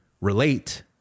relate